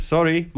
Sorry